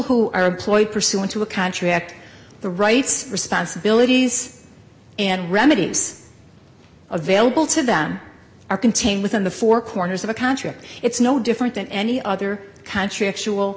who are employed pursuant to a contract the rights responsibilities and remedies available to them are contained within the four corners of a contract it's no different than any other country